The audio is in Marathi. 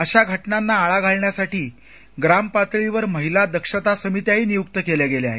अशा घटनांना आळा घालण्यासाठी ग्राम पातळीवर महिला दक्षता समित्याही नियुक्त केल्या गेल्या आहेत